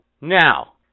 Now